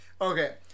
okay